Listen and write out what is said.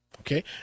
okay